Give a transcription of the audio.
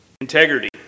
Integrity